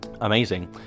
amazing